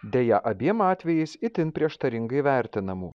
deja abiem atvejais itin prieštaringai vertinamų